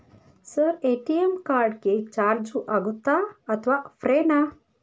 Sir ATM card ಗೆ charge ಆಗುತ್ತಾ ಅಥವಾ ಫ್ರೇ ನಾ?